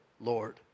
Lord